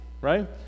right